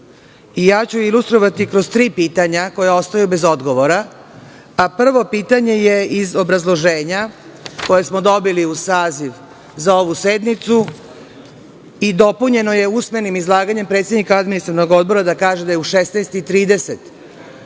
Ja ću ilustrovati kroz tri pitanja koja ostaju bez odgovora. Prvo pitanje je iz obrazloženja koje smo dobili uz saziv za ovu sednicu i dopunjeno je usmenim izlaganjem predsednika Administrativnog odbora, da kaže da je u 16,30